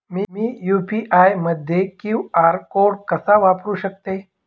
मी UPI मध्ये QR code कसा वापरु शकते?